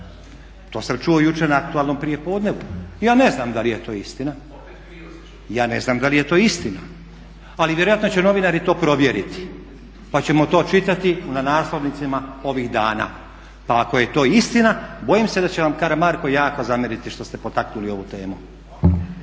To sam čuo jučer na aktualnom prijepodnevu. Ja ne znam da li je to istina ali vjerojatno će novinari to provjeriti pa ćemo to čitati na naslovnicama ovih dana. Pa ako je to istina bojim se da će vam Karamarko jako zamjeriti što ste potaknuli ovu temu.